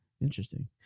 interesting